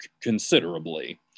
considerably